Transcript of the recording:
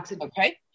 Okay